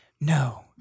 no